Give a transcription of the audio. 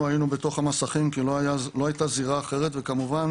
היינו בתוך המסכים כי לא הייתה זירה אחרת וכמובן